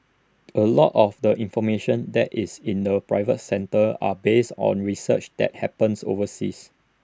A lot of the information that is in the private centres are based on research that happens overseas